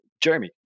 Jeremy